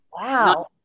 Wow